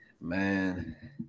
man